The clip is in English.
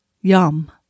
Yum